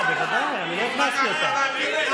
אתה לא מייצג אף אחד.